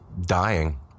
dying